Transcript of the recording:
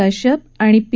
कश्यप आणि पी